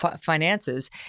finances